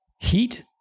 heat